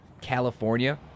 California